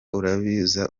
uribaza